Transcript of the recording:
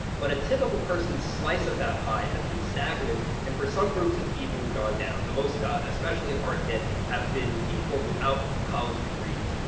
but a typical person slice of that pie has been stagnant and for some groups, it's even gone down the most especially hard hit have been people without college degrees.